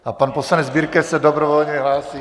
A pan poslanec Birke se dobrovolně hlásí.